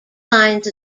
lines